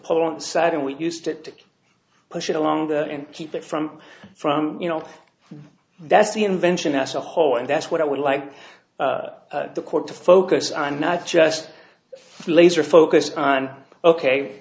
pole on the side and we used it to push it along and keep it from from you know that's the invention as a whole and that's what i would like the court to focus on not just laser focused on ok